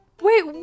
Wait